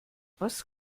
was